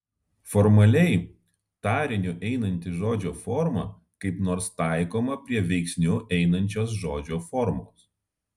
formaliai tariniu einanti žodžio forma kaip nors taikoma prie veiksniu einančios žodžio formos